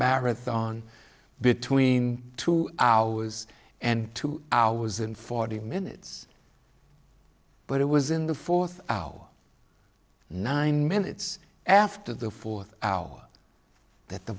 marathon between two hours and two hours and forty minutes but it was in the fourth hour nine minutes after the fourth hour that the